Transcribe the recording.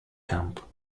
camp